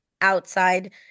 outside